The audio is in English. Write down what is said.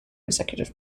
executive